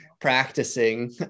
practicing